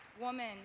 woman